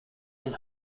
than